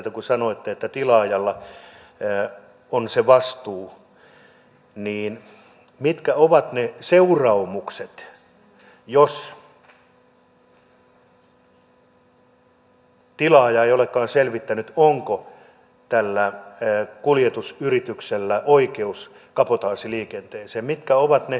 kun sanoitte että tilaajalla on se vastuu niin mitkä ovat ne seuraamukset jos tilaaja ei olekaan selvittänyt onko tällä kuljetusyrityksellä oikeus kabotaasiliikenteeseen mitkä ovat ne sanktiot